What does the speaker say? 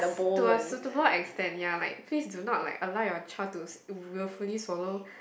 to a suitable extent ya like please do not like allow your child to willfully swallow